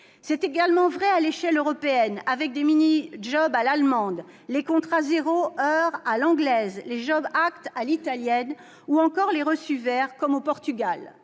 C'est également vrai à l'échelle européenne avec les « minijobs » à l'allemande, les contrats « zéro heure » à l'anglaise, le à l'italienne ou encore les « reçus verts », comme au Portugal.